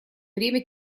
время